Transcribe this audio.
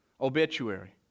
obituary